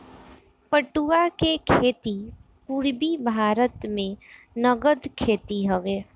पटुआ के खेती पूरबी भारत के नगद खेती हवे